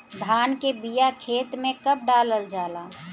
धान के बिया खेत में कब डालल जाला?